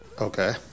Okay